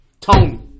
Tony